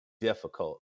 difficult